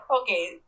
okay